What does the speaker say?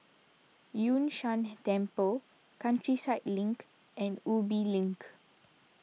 Yun Shan Temple Countryside Link and Ubi Link